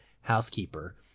housekeeper